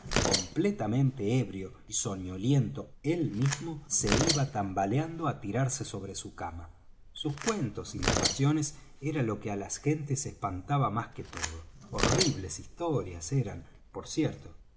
completamente ebrio y soñoliento él mismo se iba tambaleando á tirarse sobre su cama sus cuentos y narraciones era lo que á las gentes espantaba más que todo horribles historias eran por cierto